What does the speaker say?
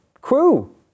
crew